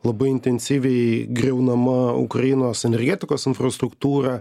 labai intensyviai griaunama ukrainos energetikos infrastruktūra